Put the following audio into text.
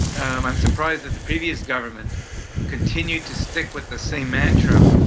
and i'm surprised that the previous government continued to stick with the same mantra,